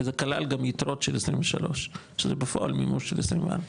כי זה כלל גם יתרות של 23 שזה בפועל מימוש של 24,